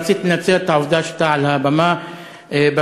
רציתי לנצל את העובדה שאתה על הבמה במליאה